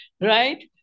right